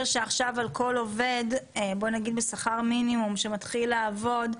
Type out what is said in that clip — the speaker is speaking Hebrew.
שעכשיו על כל עובד בואי נגיד בשכר מינימום שמתחיל לעבוד,